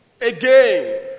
Again